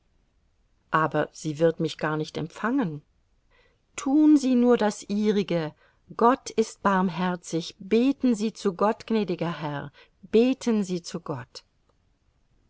aber sie wird mich gar nicht empfangen tun sie nur das ihrige gott ist barmherzig beten sie zu gott gnädiger herr beten sie zu gott